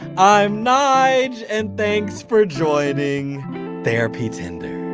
i'm nyge and thanks for joining therapy tinder.